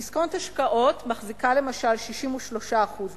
"דיסקונט השקעות" מחזיקה למשל 63% ב"כור",